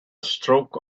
stroke